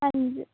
ਹਾਂਜੀ